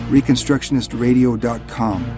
Reconstructionistradio.com